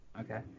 Okay